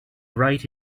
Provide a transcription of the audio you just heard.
right